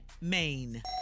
Maine